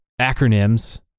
acronyms